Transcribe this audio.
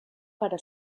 para